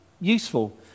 useful